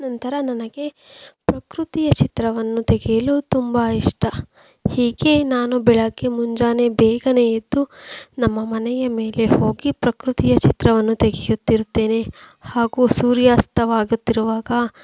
ನಂತರ ನನಗೆ ಪ್ರಕೃತಿಯ ಚಿತ್ರವನ್ನು ತೆಗೆಯಲು ತುಂಬ ಇಷ್ಟ ಹೀಗೆ ನಾನು ಬೆಳಗ್ಗೆ ಮುಂಜಾನೆ ಬೇಗನೇ ಎದ್ದು ನಮ್ಮ ಮನೆಯ ಮೇಲೆ ಹೋಗಿ ಪ್ರಕೃತಿಯ ಚಿತ್ರವನ್ನು ತೆಗೆಯುತ್ತಿರುತ್ತೇನೆ ಹಾಗೂ ಸೂರ್ಯಾಸ್ತವಾಗುತ್ತಿರುವಾಗ